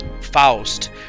Faust